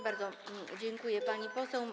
Bardzo dziękuję, pani poseł.